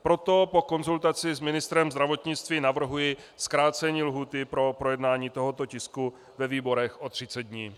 Proto po konzultaci s ministrem zdravotnictví navrhuji zkrácení lhůty pro projednání tohoto tisku ve výborech o 30 dní.